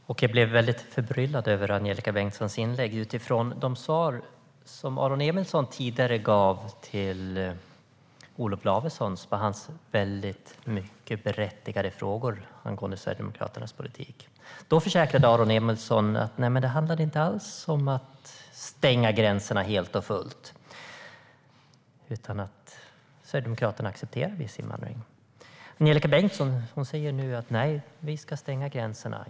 Herr talman! Jag blev väldigt förbryllad över Angelika Bengtssons inlägg, utifrån de svar som Aron Emilsson tidigare gav till Olof Lavesson på hans mycket berättigade frågor angående Sverigedemokraternas politik. Då försäkrade Aron Emilsson att det inte alls handlar om att stänga gränserna helt och fullt utan att Sverigedemokraterna accepterar viss invandring. Angelika Bengtsson säger nu: Nej, vi ska stänga gränserna.